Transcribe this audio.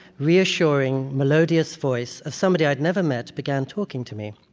reassuring, melodious voice of somebody i'd never met began talking to me.